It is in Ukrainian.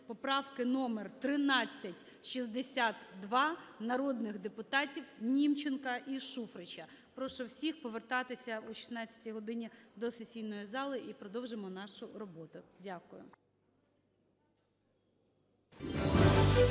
поправки номер 1362 народних депутатів Німченка і Шуфрича. Прошу всіх повертатися о 16 годині до сесійної зали і продовжимо нашу роботу. Дякую.